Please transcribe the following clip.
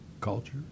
culture